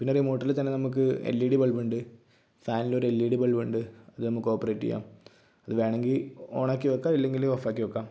പിന്നെ റിമോട്ടില് തന്നെ നമുക്ക് എൽ ഇ ഡി ബൾബുണ്ട് ഫാന്ലൊരു എൽ ഇ ഡി ബൾബുണ്ട് അത് നമുക്ക് ഓപ്പറെയ്റ്റ് ചെയ്യാം അത് വേണമെങ്കിൽ ഒണാക്കി വയ്ക്കാം ഇല്ലെങ്കില് ഓഫാക്കി വയ്ക്കാം